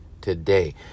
today